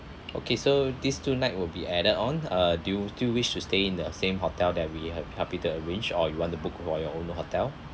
okay so this two night will be added on uh do you still wish to stay in the same hotel that we have helped you to arrange or you want to book for your own hotel